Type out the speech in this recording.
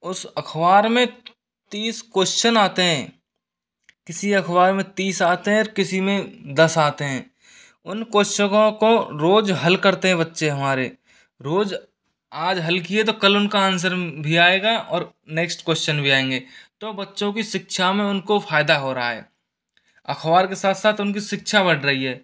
उस अख़बार में तीस कोश्चन आते हैं किसी अख़बार में तीस आते हैं किसी में दस आते हैं उन क्वेश्चनों को रोज़ हल करते हैं बच्चे हमारे रोज़ आज हल किए तो कल उन का आन्सर भी आएगा और नेक्स्ट कोशन भी आएंगे तो बच्चों की शिक्षा में उन को फ़ायदा हो रहा है अख़बार के साथ साथ उन की शिक्षा बढ़ रही है